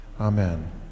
Amen